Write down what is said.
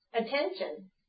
Attention